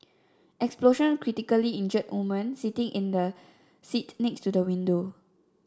explosion critically injured woman sitting in the seat next to the window